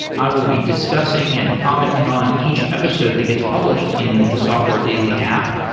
i will be discussing and commenting on each episode that gets published in the software daily app,